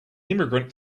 immigrant